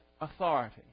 authority